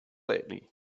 lately